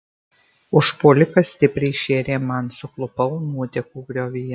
užpuolikas stipriai šėrė man suklupau nuotekų griovyje